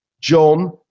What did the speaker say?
John